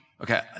okay